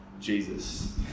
Jesus